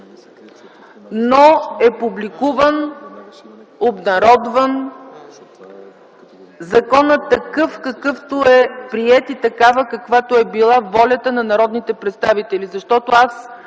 е публикуван, обнародван такъв, какъвто е приет, и такава, каквато е била волята на народните представители. Защото аз